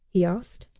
he asked.